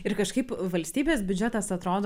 ir kažkaip valstybės biudžetas atrodo